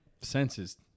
Senses